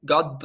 God